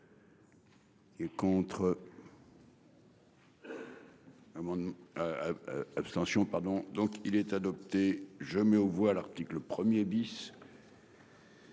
Ah mon. Abstention, pardon, donc il est adopté, je mets aux voix l'article 1er bis.